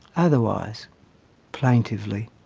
otherwise plaintively,